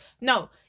no